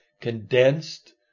condensed